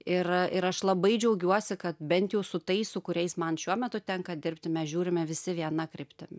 ir ir aš labai džiaugiuosi kad bent jau su tais su kuriais man šiuo metu tenka dirbti mes žiūrime visi viena kryptim